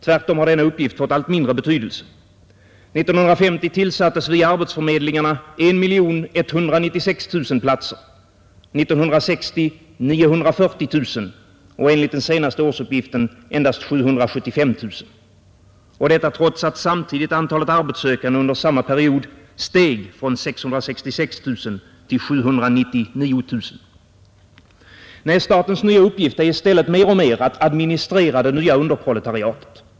Tvärtom har denna uppgift fått allt mindre betydelse. År 1950 tillsattes via arbetsförmedlingarna 1 196 000 platser, 1960 940 000 och enligt den senaste årsuppgiften endast 775 000. Och detta trots att samtidigt antalet arbetssökande under samma period steg från 666 000 till 799 000. Nej, statens nya uppgift är i stället mer och mer att administrera det nya underproletariatet.